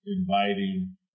inviting